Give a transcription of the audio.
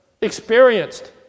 experienced